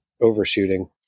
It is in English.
overshooting